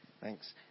Thanks